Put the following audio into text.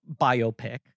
biopic